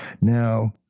Now